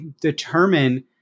determine